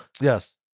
Yes